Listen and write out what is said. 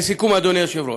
לסיכום, אדוני היושב-ראש,